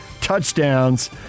touchdowns